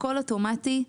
הכול אוטומטי,